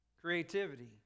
creativity